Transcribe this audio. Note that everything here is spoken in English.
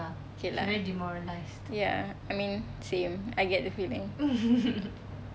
okay lah ya same I get the feeling